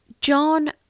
John